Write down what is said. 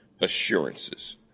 assurances